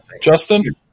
Justin